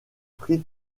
pris